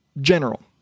general